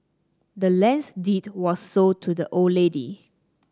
the land's deed was sold to the old lady